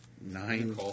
Nine